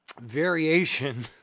variation